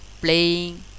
playing